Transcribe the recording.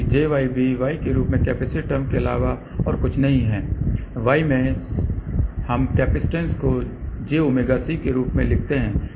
Y में हम capacitance को jωC के रूप में लिखते हैं इसीलिए यहाँ पर j टर्म है